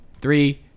Three